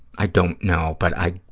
i don't know, but i,